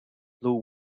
blue